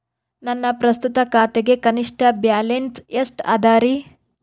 ನನ್ನ ಪ್ರಸ್ತುತ ಖಾತೆಗೆ ಕನಿಷ್ಠ ಬ್ಯಾಲೆನ್ಸ್ ಎಷ್ಟು ಅದರಿ?